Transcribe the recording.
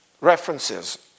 references